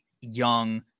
young